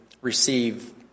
receive